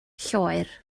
lloer